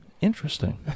interesting